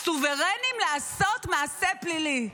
סוברניים לעשות מעשה פלילי.